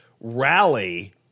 rally